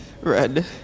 Red